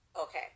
Okay